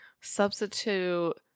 substitute